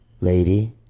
lady